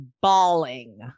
bawling